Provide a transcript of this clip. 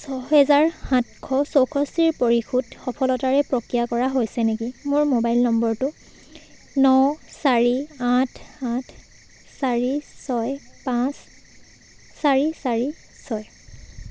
ছহেজাৰ সাতশ চৌষষ্ঠি পৰিশোধ সফলতাৰে প্ৰক্ৰিয়া কৰা হৈছে নেকি মোৰ মোবাইল নম্বৰটো ন চাৰি আঠ সাত চাৰি ছয় পাঁচ চাৰি চাৰি ছয়